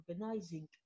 organizing